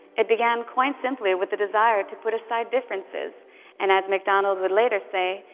it began quite simply with a desire to put aside differences and, as macdonald would later say,